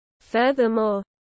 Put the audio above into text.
Furthermore